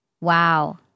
Wow